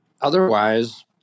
Otherwise